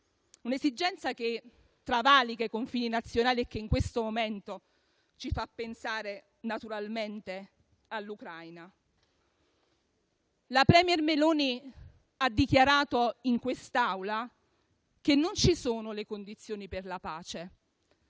Un'esigenza che travalica i confini nazionali e che, in questo momento, ci fa pensare naturalmente all'Ucraina. La *premier* Meloni ha dichiarato in quest'Aula che non ci sono le condizioni per la pace.